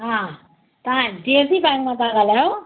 हा तव्हां H D F C bank मां था ॻाल्हायो